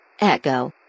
Echo